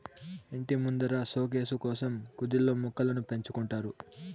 ఇంటి ముందర సోకేసు కోసం కుదిల్లో మొక్కలను పెంచుకుంటారు